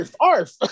Arf